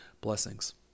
Blessings